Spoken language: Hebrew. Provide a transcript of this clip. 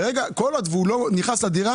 כל עוד הוא לא נכנס לדירה